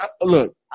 look